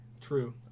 True